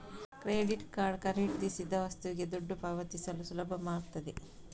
credit card ಖರೀದಿಸಿದ ವಸ್ತುಗೆ ದುಡ್ಡು ಪಾವತಿಸಲು ಸುಲಭ ಮಾಡ್ತದೆ